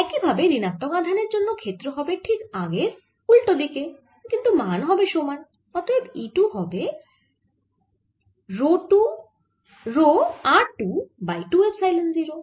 একই ভাবে ঋণাত্মক আধানের জন্য ক্ষেত্র হবে ঠিক আগের উল্টো দিকে কিন্তু মান হবে সমান অতএব E 2 হবে r 2 রো বাই 2 এপসাইলন 0